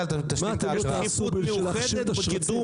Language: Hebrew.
בבקשה